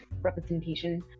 representation